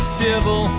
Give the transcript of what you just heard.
civil